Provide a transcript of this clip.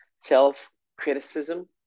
self-criticism